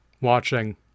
watching